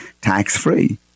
tax-free